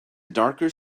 darker